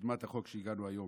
שקידמה את החוק שהבאנו היום.